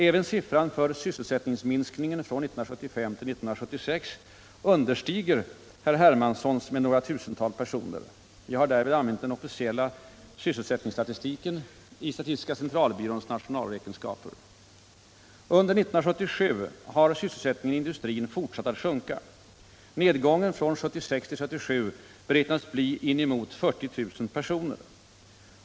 Även siffran för sysselsättningsminskningen från 1975 till 1976 understiger herr Hermanssons med några tusental personer. Jag har därvid använt den officiella sysselsättningsstatistiken i statistiska centralbyråns nationalräkenskaper. Under 1977 har sysselsättningen i industrin fortsatt att sjunka. Nedgången från 1976 till 1977 kan beräknas bli inemot 40 000 personer.